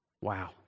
Wow